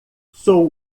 sou